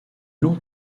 long